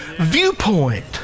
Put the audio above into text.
viewpoint